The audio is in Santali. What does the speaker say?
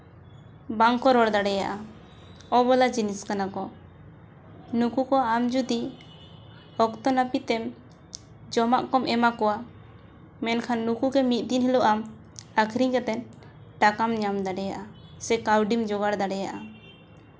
ᱵᱟᱝ ᱠᱚ ᱨᱚᱲ ᱫᱟᱲᱮᱭᱟᱜᱼᱟ ᱚᱵᱚᱞᱟ ᱡᱤᱱᱤᱥ ᱠᱟᱱᱟ ᱠᱚ ᱱᱩᱠᱩ ᱠᱚ ᱟᱢ ᱡᱩᱫᱤ ᱚᱠᱛᱚ ᱱᱟᱹᱯᱤᱛ ᱮᱢ ᱡᱚᱢᱟᱜ ᱠᱚᱢ ᱮᱢᱟ ᱠᱚᱣᱟ ᱱᱩᱠᱩᱜᱮ ᱢᱤᱫ ᱫᱤᱱ ᱦᱤᱞᱳᱜ ᱟᱢ ᱟᱠᱷᱨᱤᱧ ᱠᱟᱛᱮᱫ ᱴᱟᱠᱟᱢ ᱧᱟᱢ ᱫᱟᱲᱮᱭᱟᱜᱼᱟ ᱥᱮ ᱠᱟᱹᱣᱰᱤᱢ ᱡᱳᱜᱟᱲ ᱫᱟᱲᱮᱭᱟᱜᱼᱟ